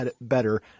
better